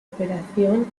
operación